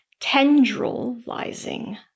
tendrilizing